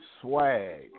Swag